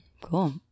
Cool